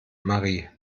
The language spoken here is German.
marie